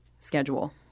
Schedule